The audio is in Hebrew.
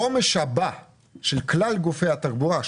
חומש הבא של כלל גופי התחבורה,